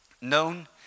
Known